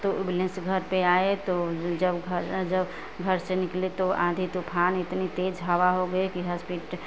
तो एंबुलेंस घर पर आये तो जब घर जब घर से निकले तो आंधी तूफान इतनी तेज़ हवा हो गई की हॉस्पिटल